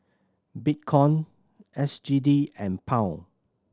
Bitcoin S G D and Pound